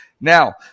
Now